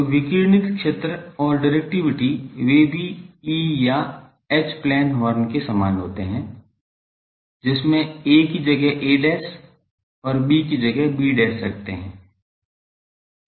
तो विकिरणित क्षेत्र और डिरेक्टिविटी वे भी E या H प्लेन हॉर्न के समान होते हैं जिसमें a की जगह a और b की जगह b रखते है